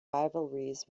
rivalries